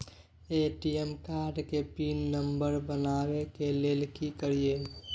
ATM card के pin number बनाबै के लेल की करिए?